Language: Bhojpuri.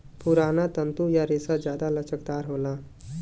पुराना तंतु या रेसा जादा लचकदार होला